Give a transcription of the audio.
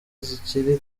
zikiri